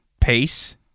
pace